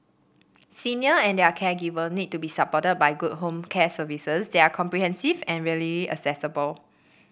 senior and their caregiver need to be supported by good home care services they are comprehensive and readily accessible